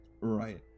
Right